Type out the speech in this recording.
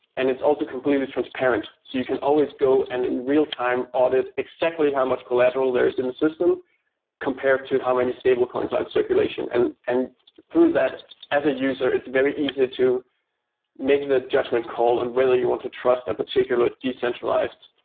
and it's also completely transparent, so you can always go and in real-time audit exactly how much collateral there is in the system compared to how many stable contract circulation. and and through that as a user, it's very easy to make the judgment call on and whether you want to trust a particular decentralized,